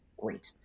Great